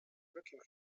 working